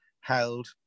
held